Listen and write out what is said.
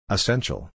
Essential